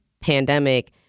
pandemic